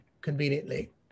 conveniently